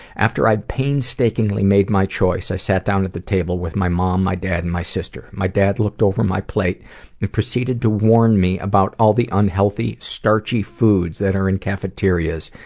after i'd painstakingly made my choice, i sat down at the table with my mom, my dad and my sister. my dad looked over my plate and proceeded to warn me about all the unhealthy starchy foods that are in cafeterias,